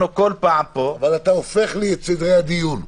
אתה הופך את סדרי הדיון.